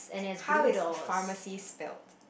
how is pharmacy spelt